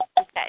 Okay